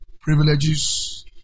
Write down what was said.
privileges